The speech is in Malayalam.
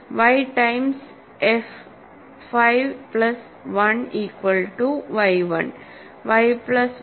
y times f 5 plus 1 equal to y 1 y plus 1 power P minus 1